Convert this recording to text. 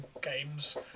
games